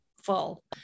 Full